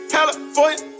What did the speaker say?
California